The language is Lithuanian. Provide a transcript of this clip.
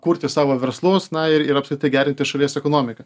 kurti savo verslus na ir ir apskritai gerinti šalies ekonomiką